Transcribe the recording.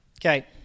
Okay